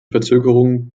verzögerung